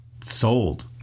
sold